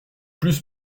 plus